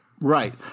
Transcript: Right